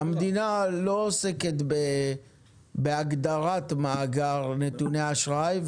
המדינה לא עוסקת בהגדרת מאגר נתוני אשראי,